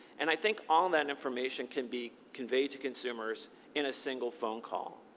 and i think all that information can be conveyed to consumers in a single phone call,